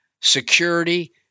security